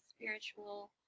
spiritual